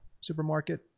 supermarket